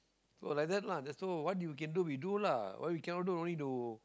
so like that lah that's so what you can do we do lah what we cannot do don't need to